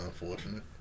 unfortunate